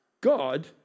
God